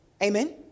Amen